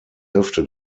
hälfte